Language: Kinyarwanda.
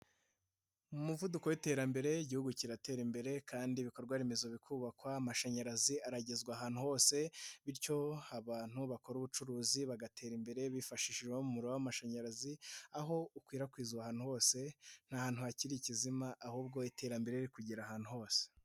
Umuvuduko w'iterambere igihugu kiratera imbere kandi ibikorwaremezo bikubakwa amashanyarazi aragezwa ahantu hose bityo abantu bakora ubucuruzi bagatera imbere bifashishije umuriro w'amashanyarazi aho ukwirakwizwa ahantu hose, nta hantu hakiri kizima ahubwo iterambere riri kugera ahantu hose.